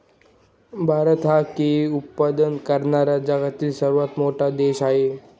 भारत हा केळी उत्पादन करणारा जगातील सर्वात मोठा देश आहे